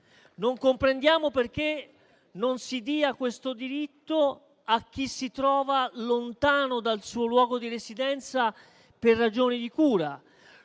Non comprendiamo perché non si dia questo diritto a chi si trova lontano dal suo luogo di residenza per ragioni di cura.